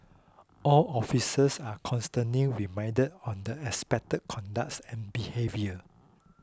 all officers are constantly reminded on the expected conducts and behaviour